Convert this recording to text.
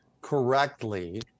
correctly